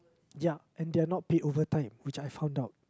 ya and they are not paid overtime which I found out